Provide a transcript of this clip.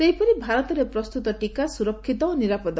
ସେହିପରି ଭାରତରେ ପ୍ରସ୍ତତ ଟିକା ସୁରକ୍ଷିତ ଓ ନିରାପଦ